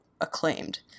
acclaimed